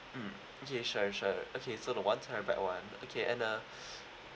mm okay sure sure okay so the one type black one okay and uh